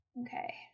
Okay